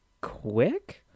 quick